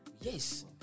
Yes